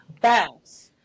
bounce